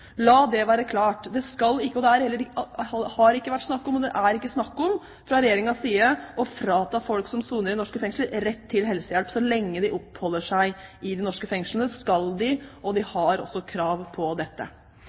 La det være klart: Det har ikke vært snakk om, og det er ikke snakk om fra Regjeringens side å frata folk som soner i norske fengsler, rett til helsehjelp. Så lenge de oppholder seg i norske fengsler, skal de ha en slik rett. De har også krav på dette.